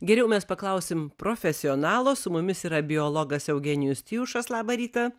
geriau mes paklausim profesionalo su mumis yra biologas eugenijus tijušas labą rytą